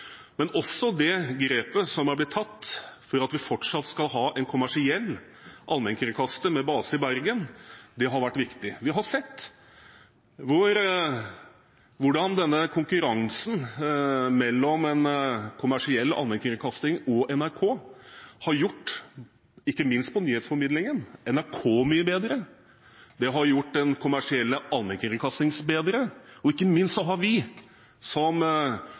men også det grepet som har blitt tatt for at vi fortsatt skal ha en kommersiell allmennkringkaster med base i Bergen, har vært viktig. Vi har sett hvordan konkurransen mellom en kommersiell allmennkringkaster og NRK har gjort ikke minst nyhetsformidlingen i NRK mye bedre, det har gjort den kommersielle allmennkringkasteren bedre, og ikke minst har vi som